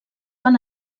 van